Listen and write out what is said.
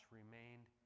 remained